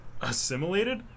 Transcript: assimilated